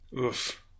Oof